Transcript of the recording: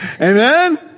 Amen